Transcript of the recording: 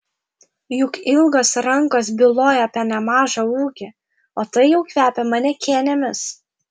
juk ilgos rankos byloja apie nemažą ūgį o tai jau kvepia manekenėmis